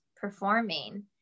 performing